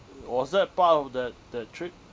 was that a part of that that trip